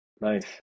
Nice